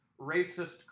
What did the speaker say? racist